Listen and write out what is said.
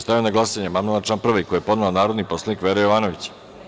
Stavljam na glasanje amandman na član 1. koji je podnela narodni poslanik Vera Jovanović.